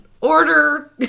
order